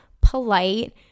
polite